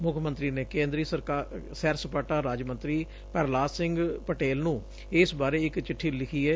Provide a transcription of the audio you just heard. ਮੁੱਖ ਮੰਤਰੀ ਨੇ ਕੇਂਦਰੀ ਸੈਰ ਸਪਾਟਾ ਰਾਜ ਮੰਤਰੀ ਪ੍ਰਹਿਲਾਦ ਸਿੰਘ ਪਟੇਲ ਨੁੰ ਇਸ ਬਾਰੇ ਇਕ ਚਿੱਠੀ ਲਿਖੀ ਏ